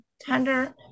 tender